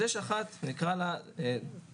יש אחת שנקרא לה שרה